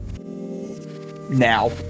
now